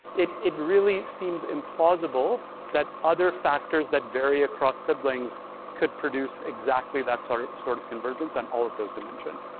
it it really seems implausible that other factors that vary across the siblings could produce exactly that sort of sort of convergence on all of those dimensions.